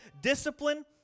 discipline